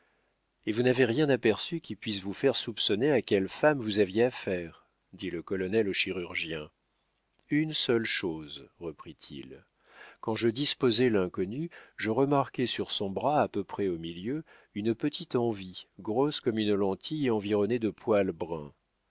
et vous n'avez rien aperçu qui puisse vous faire soupçonner à quelle femme vous aviez affaire dit le colonel au chirurgien une seule chose reprit-il quand je disposai l'inconnue je remarquai sur son bras à peu près au milieu une petite envie grosse comme une lentille et environnée de poils bruns